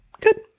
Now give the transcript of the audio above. good